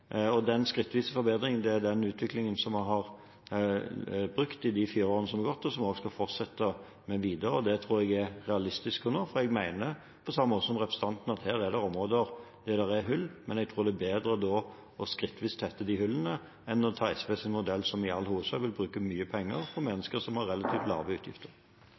Den skrittvise forbedringen er den utviklingen vi har fulgt i de fire årene som har gått, og som vi også skal fortsette med videre. Det tror jeg er realistisk å nå, for jeg mener, på samme måte som representanten, at her er det områder der det er hull, men jeg tror det er bedre skrittvis å tette de hullene enn å ta SVs modell, som i all hovedsak vil bruke mye penger på mennesker som har relativt lave utgifter.